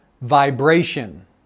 vibration